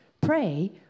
pray